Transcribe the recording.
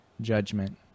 judgment